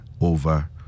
over